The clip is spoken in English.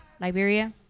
Liberia